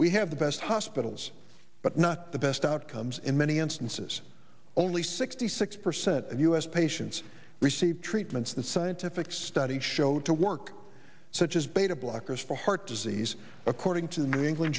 we have the best hospitals but not the best outcomes in many instances only sixty six percent of us patients receive treatments the scientific study showed to work such as beta blockers for heart disease according to the new england